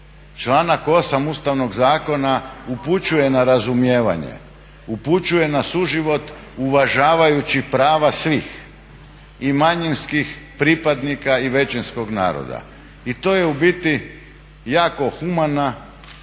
Članak 8. Ustavnog zakona upućuje na razumijevanje, upućuje na suživot uvažavajući prava svih i manjinskih pripadnika i većinskog naroda i to je u biti jako humana